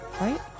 right